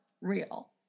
real